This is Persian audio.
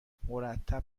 مرتب